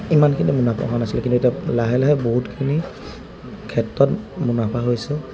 ইমানখিনি মুনাফা হোৱা নাছিলে কিন্তু এতিয়া লাহে লাহে বহুতখিনি ক্ষেত্ৰত মুনাফা হৈছে